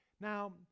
Now